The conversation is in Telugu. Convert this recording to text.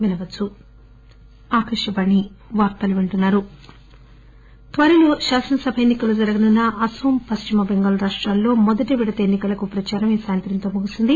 అనోం పశ్చిమబెంగాల్ త్వరలో శాసనసభ ఎన్నికలు జరగనున్న అనోం పశ్చిమబెంగాల్ రాష్టాల్లో మొదటి విడత ఎన్ని కలకు ప్రచారం ఈ సాయంత్రంతో ముగిసింది